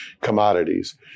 commodities